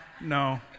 no